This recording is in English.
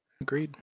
Agreed